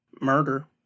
murder